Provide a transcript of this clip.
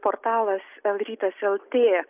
portalas elrytas lt